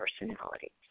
personality